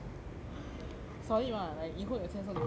solid mah like 以后有钱 so don't pay